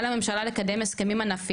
על הממשלה לקדם ולחתום על הסכמים ענפיים